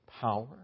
power